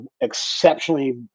exceptionally